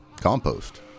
Compost